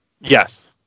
Yes